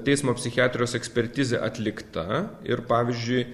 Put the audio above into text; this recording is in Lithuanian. teismo psichiatrijos ekspertizė atlikta ir pavyzdžiui